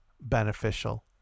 beneficial